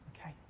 okay